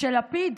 של לפיד?